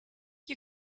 you